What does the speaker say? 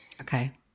Okay